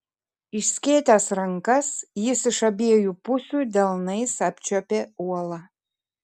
išskėtęs rankas jis iš abiejų pusių delnais apčiuopė uolą